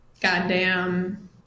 Goddamn